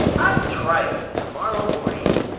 i'll try it to-morrow morning.